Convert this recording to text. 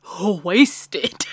wasted